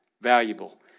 valuable